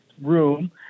room